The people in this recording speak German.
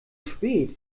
spät